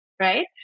Right